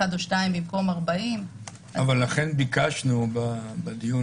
לכן ביקשנו בפעם